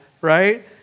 right